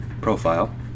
profile